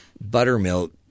buttermilk